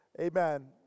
Amen